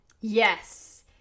Yes